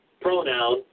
pronoun